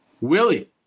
Willie